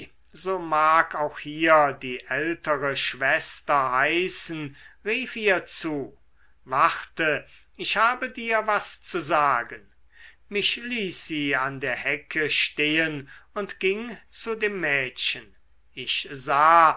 so mag auch hier die ältere schwester heißen rief ihr zu warte ich habe dir was zu sagen mich ließ sie an der hecke stehen und ging zu dem mädchen ich sah